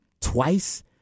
Twice